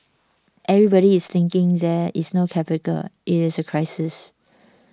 everybody is thinking there is no capital it is a crisis